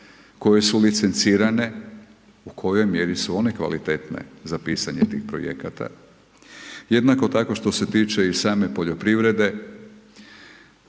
koje su licencirane, u kojoj mjeri su one kvalitetne za pisanje tih projekata. Jednako tako što se tiče i same poljoprivrede,